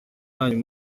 yanyu